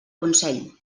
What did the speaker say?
consell